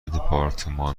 دپارتمان